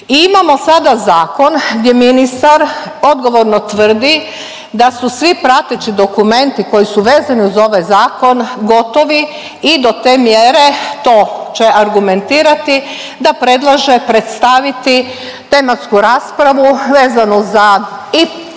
I imamo sada zakon gdje ministar odgovorno tvrdi da su svi prateći dokumenti koji su vezani uz ovaj zakon gotovi i do te mjere to će argumentirati da predlaže predstaviti tematsku raspravu vezanu za i